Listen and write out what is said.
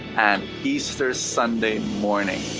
and easter sunday morning.